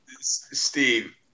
Steve